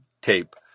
tape